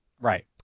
Right